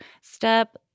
step